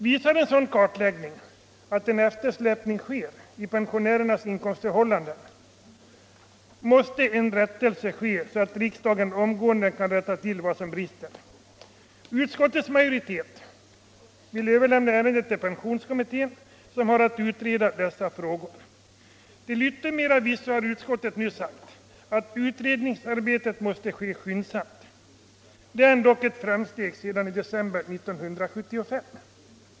Visar en sådan kartläggning på en eftersläpning i pensionärernas inkomstförhållanden, måste riksdagen omgående rätta till vad som brister. Utskottsmajoriteten vill överlämna ärendet till pensionskommittén, som har att utreda dessa frågor. Till yttermera visso har utskottet nu sagt att utredningsarbetet måste ske skyndsamt. Det är ändock ett framsteg sedan december 1975.